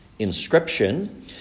inscription